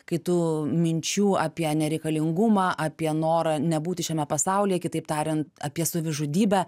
kai tu minčių apie nereikalingumą apie norą nebūti šiame pasaulyje kitaip tarian apie savižudybę